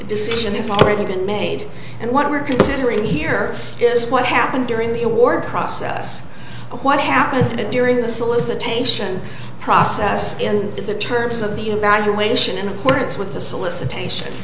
decision has already been made and what we're considering here is what happened during the award process of what happened during the solicitation process and the terms of the evacuation in accordance with the solicitation